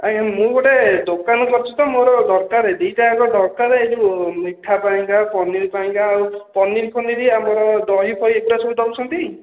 ଆଜ୍ଞା ମୁଁ ଗୋଟେ ଦୋକାନ କରିଛି ତ ମୋର ଦରକାରେ ମୋର ଦୁଇ ଟା ଯାକ ଦରକାରେ ଏଇ ଯୋଉ ମିଠା ପାଇଁକା ଆଉ ପନିର୍ ପାଇଁକା ପନିର୍ ଫନିର ଆମର ଦହିଫହି ଏଗୁଡ଼ା ସବୁ ଦେଉଛନ୍ତି